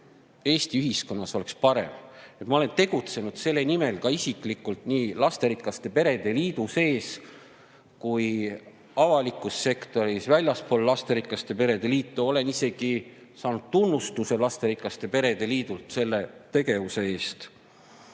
Eesti ühiskonnas oleks parem. Ma olen tegutsenud selle nimel isiklikult nii lasterikaste perede liidu sees kui ka avalikus sektoris, väljaspool lasterikaste perede liitu. Olen isegi saanud lasterikaste perede liidult tunnustuse selle tegevuse eest.